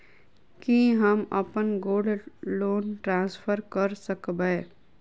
की हम अप्पन gold loan transfer करऽ सकबै?